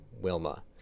Wilma